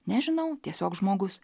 nežinau tiesiog žmogus